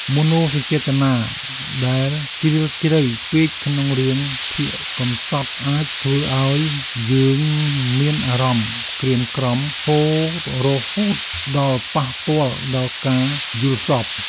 មនោសញ្ចេតនាដែលជ្រាលជ្រៅពេកក្នុងរឿងភាគកម្សត់អាចធ្វើឱ្យយើងមានអារម្មណ៍ក្រៀមក្រំរហូតដល់ប៉ះពាល់ដល់ការយល់សប្តិ។